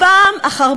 וימחקוה